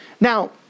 Now